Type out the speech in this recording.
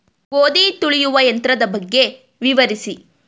ಗೋಧಿ ತುಳಿಯುವ ಯಂತ್ರದ ಬಗ್ಗೆ ವಿವರಿಸಿ?